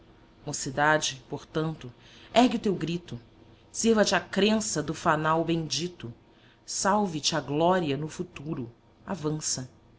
mocidade portanto ergue o teu grito sirva te a crença do fanal bendito salve te a glória no futuro avança